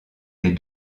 les